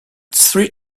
three